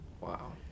Wow